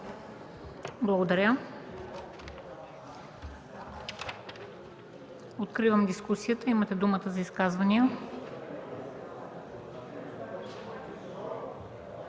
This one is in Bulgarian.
Благодаря. Откривам дискусията. Имате думата за изказвания.